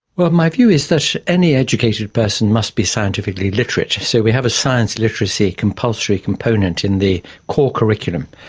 well, my view is that any educated person must be scientifically literate, so we have a science literacy compulsory component in the core curriculum.